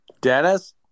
Dennis